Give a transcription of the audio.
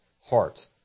heart